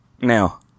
now